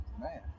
Man